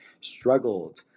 struggled